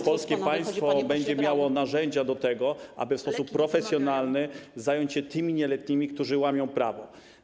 W końcu polskie państwo będzie miało narzędzia do tego, aby w sposób profesjonalny zająć się tymi nieletnimi, którzy łamią prawo.